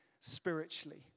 spiritually